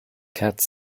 cat